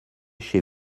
chez